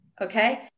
okay